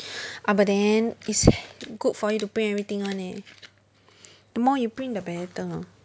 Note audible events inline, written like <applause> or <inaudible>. <breath> abuden it's <noise> good for you to print everything [one] eh <breath> the more you print the better